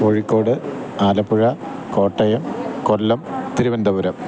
Kozhikode Alappuzha Kottayam Kollam Thiruvananthapuram